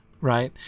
right